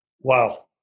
Wow